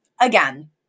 again